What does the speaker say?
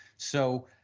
so,